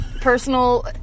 personal